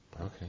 Okay